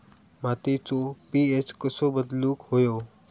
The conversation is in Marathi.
मातीचो पी.एच कसो बदलुक होयो?